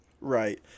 Right